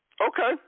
okay